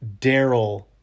Daryl